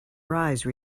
rise